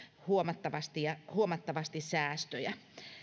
huomattavasti säästöjä